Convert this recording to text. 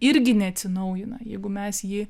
irgi neatsinaujina jeigu mes jį